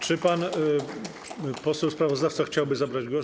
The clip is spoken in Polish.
Czy pan poseł sprawozdawca chciałby zabrać głos?